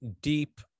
deep